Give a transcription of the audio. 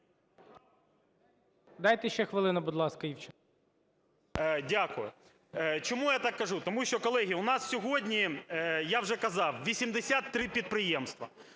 Дайте ще хвилину, будь ласка, Івченку. ІВЧЕНКО В.Є. Дякую. Чому я так кажу? Тому що, колеги, у нас сьогодні, я вже казав, 83 підприємства.